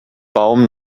baum